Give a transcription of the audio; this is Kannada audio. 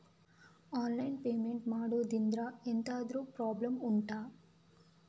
ಆನ್ಲೈನ್ ಪೇಮೆಂಟ್ ಮಾಡುದ್ರಿಂದ ಎಂತಾದ್ರೂ ಪ್ರಾಬ್ಲಮ್ ಉಂಟಾ